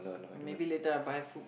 and maybe later I buy food